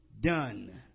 done